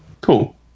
Cool